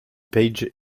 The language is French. page